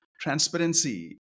transparency